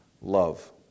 Love